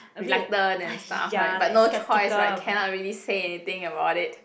reluctant and stuff right but no choice right cannot really say anything about it